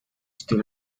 still